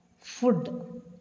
Food